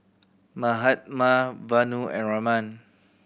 Mahatma Vanu and Raman